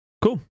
cool